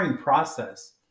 process